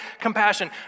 compassion